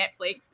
Netflix